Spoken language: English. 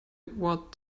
what